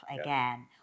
again